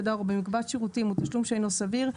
דואר או במקבץ שירותים הוא תשלום שאינו סביר,